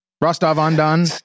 Rostov-On-Don